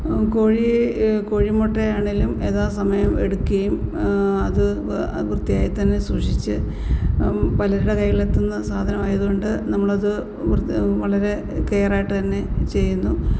കോഴിയെ കോഴിമുട്ടയാണെങ്കിലും യഥാസമയം എടുക്കുകയും അത് വൃത്തിയായിത്തന്നെ സൂക്ഷിച്ച് പലരുടെ കൈയിലെത്തുന്ന സാധനമായതുകൊണ്ട് നമ്മളത് വളരെ കേയർ ആയിട്ടുതന്നെ ചെയ്യുന്നു